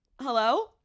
Hello